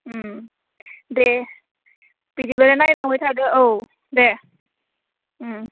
ओम दे बिदिबालाय नायलांबाय थादो औ दे ओम